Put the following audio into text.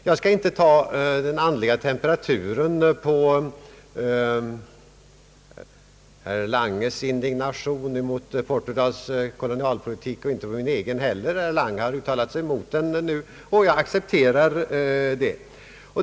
Jag skall inte ta den andliga temperaturen på herr Langes indignation gentemot Portugals kolonialpolitik och inte heller temperaturen på min egen — herr Lange har ju nu uttalat sig emot den politiken, och jag accepterar detta.